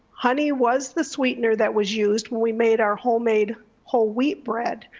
honey was the sweetener that was used when we made our homemade whole wheat bread.